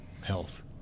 health